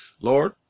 Lord